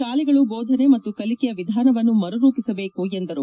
ಶಾಲೆಗಳು ಬೋಧನೆ ಮತ್ತು ಕಲಿಕೆಯ ವಿಧಾನವನ್ನು ಮರುರೂಪಿಸಬೇಕು ಎಂದರು